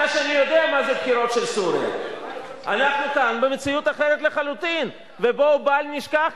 כשאני שומע מחברת הכנסת